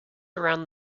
around